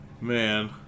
man